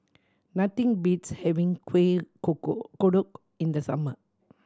nothing beats having Kueh Kodok in the summer